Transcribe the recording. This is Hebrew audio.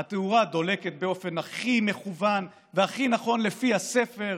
התאורה דולקת באופן הכי מכוון והכי נכון לפי הספר,